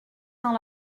dans